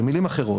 במילים אחרות,